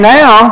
now